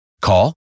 Call